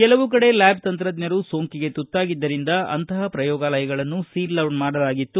ಕೆಲವು ಕಡೆ ಲ್ಯಾಬ್ ತಂತ್ರಜ್ಞರು ಸೋಂಕಿಗೆ ತುತ್ತಾಗಿದ್ದರಿಂದ ಅಂತಪ ಪ್ರಯೋಗಾಲಯಗಳನ್ನು ಸೀಲ್ಡೌನ್ ಮಾಡಲಾಗಿತ್ತು